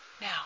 Now